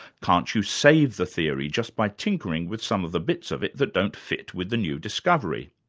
can't you save the theory just by tinkering with some of the bits of it that don't fit with the new discovery?